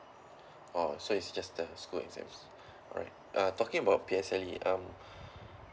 orh so it's just the school exams alright uh talking about P_S_L_E um